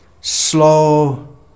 slow